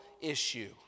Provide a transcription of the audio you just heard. issue